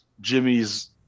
Jimmy's